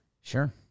Sure